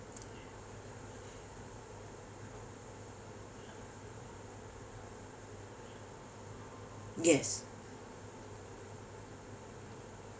yes